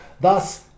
Thus